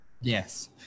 Yes